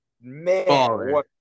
Man